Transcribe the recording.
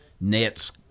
nets